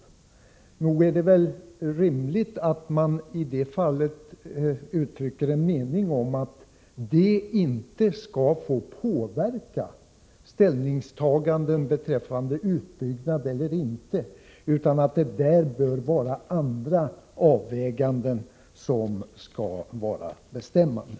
Nog finns det väl skäl i att i detta fall uttrycka en mening om att sådana löften inte skall få påverka ställningstaganden beträffande en eventuell utbyggnad, utan att andra överväganden bör vara bestämmande.